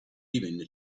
divenne